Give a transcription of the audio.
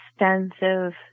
extensive